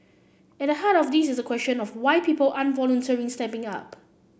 at the heart of this is the question of why people aren't voluntarily stepping up